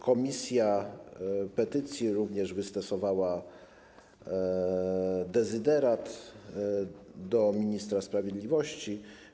Komisja petycji również wystosowała dezyderat do ministra sprawiedliwości.